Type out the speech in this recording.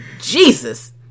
Jesus